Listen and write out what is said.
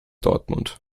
dortmund